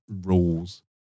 rules